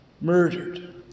murdered